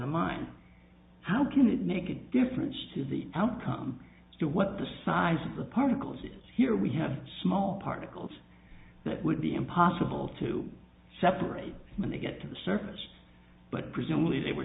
the mine how can it make a difference to the outcome as to what the size of the particles is here we have small particles that would be impossible to separate when they get to the surface but presumably they were